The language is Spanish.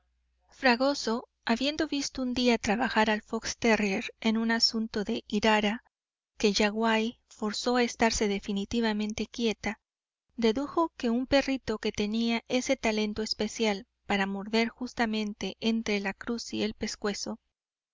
fragoso habiendo visto un día trabajar al fox terrier en un asunto de irara que yaguaí forzó a estarse definitivamente quieta dedujo que un perrito que tenía ese talento especial para morder justamente entre cruz y pescuezo